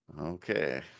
Okay